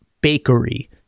bakery